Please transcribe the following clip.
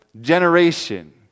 generation